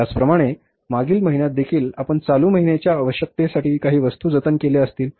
त्याचप्रमाणे मागील महिन्यात देखील आपण चालू महिन्यांच्या आवश्यकतेसाठी काही वस्तू जतन केल्या असतील